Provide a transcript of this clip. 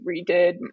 redid